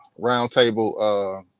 Roundtable